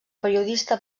periodista